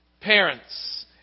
Parents